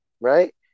right